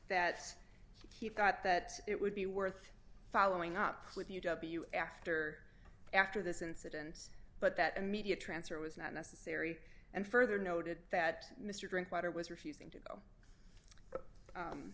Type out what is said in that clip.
that he thought that it would be worth following up with you w after after this incident but that immediate transfer was not necessary and further noted that mr drinkwater was refusing to so